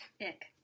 Ick